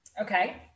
Okay